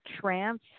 trance